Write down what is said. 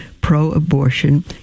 pro-abortion